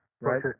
Right